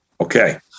Okay